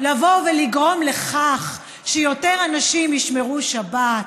לבוא ולגרום לכך שיותר אנשים ישמרו שבת,